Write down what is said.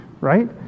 right